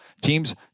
teams